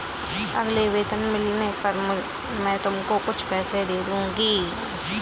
अगला वेतन मिलने पर मैं तुमको कुछ पैसे दे दूँगी